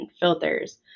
filters